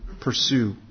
pursue